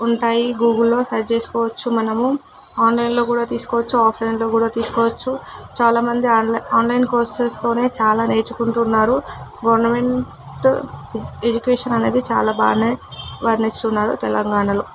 ఉంటాయి గూగుల్లో సర్చ్ చేసుకోవచ్చు మనము ఆన్లైన్లో కూడా తీసుకోవచ్చు ఆఫ్లైన్లో కూడా తీసుకోవచ్చు చాలామంది ఆన్ ఆన్లైన్ కోర్సెస్తో చాలా నేర్చుకుంటున్నారు గవర్నమెంటు ఎడ్యుకేషన్ అనేది చాలా బాగా వర్ణిస్తున్నారు తెలంగాణలో